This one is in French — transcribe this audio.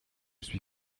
suis